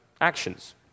actions